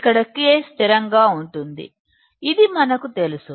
ఇక్కడ K స్థిరంగా ఉంటుంది అది మనకు తెలుసు